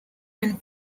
and